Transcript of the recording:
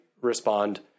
respond